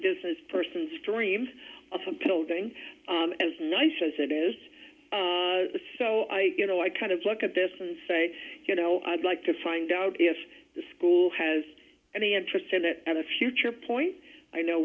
business person streams of a building as nice as it is so i you know i kind of look at this and say you know i'd like to find out if the school has any interest in it and a future point i know